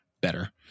better